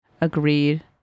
Agreed